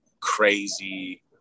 crazy